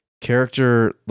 character